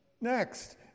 next